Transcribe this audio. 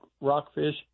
rockfish